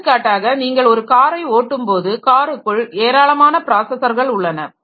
எடுத்துக்காட்டாக நீங்கள் ஒரு காரை ஓட்டும் போது காருக்குள் ஏராளமான ப்ராஸஸர்கள் உள்ளன